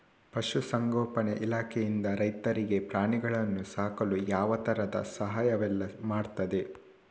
ಪಶುಸಂಗೋಪನೆ ಇಲಾಖೆಯಿಂದ ರೈತರಿಗೆ ಪ್ರಾಣಿಗಳನ್ನು ಸಾಕಲು ಯಾವ ತರದ ಸಹಾಯವೆಲ್ಲ ಮಾಡ್ತದೆ?